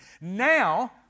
Now